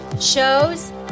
shows